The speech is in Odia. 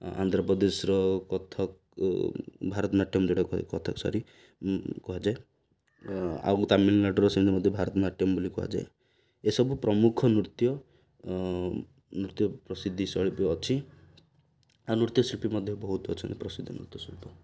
ଆନ୍ଧ୍ରପ୍ରଦେଶର କଥକ ଭାରତନାଟ୍ୟମ୍ ଯେଉଁଟା କଥକ ସାରି କୁହାଯାଏ ଆଉ ତାମିଲନାଡ଼ୁୁର ସେମିତି ମଧ୍ୟ ଭାରତନାଟ୍ୟମ୍ ବୋଲି କୁହାଯାଏ ଏସବୁ ପ୍ରମୁଖ ନୃତ୍ୟ ନୃତ୍ୟ ପ୍ରସିଦ୍ଧି ଶୈଳୀ ଅଛି ଆଉ ନୃତ୍ୟଶିଳ୍ପୀ ମଧ୍ୟ ବହୁତ ଅଛନ୍ତି ପ୍ରସିଦ୍ଧ ନୃତ୍ୟଶିଳ୍ପ